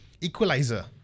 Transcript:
Equalizer